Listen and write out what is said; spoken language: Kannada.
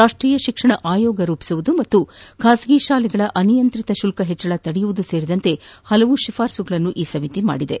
ರಾಷ್ವೀಯ ಶಿಕ್ಷಣ ಆಯೋಗ ರೂಪಿಸುವುದು ಮತ್ತು ಖಾಸಗಿ ಶಾಲೆಗಳ ಅನಿಯಂತ್ರಿತ ಶುಲ್ತ ಹೆಚ್ಚಳ ತಡೆಯುವುದು ಸೇರಿದಂತೆ ಹಲವು ಶಿಫಾರಸುಗಳನ್ನು ಈ ಸಮಿತಿ ಮಾಡಿದೆ